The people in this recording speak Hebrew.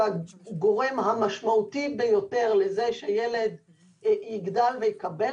כגורם המשמעותי ביותר שילד יגדל ויקבל